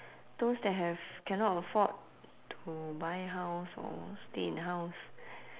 those that have cannot afford to buy house or stay in house